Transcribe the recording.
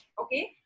Okay